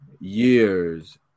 years